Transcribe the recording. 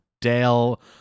Dale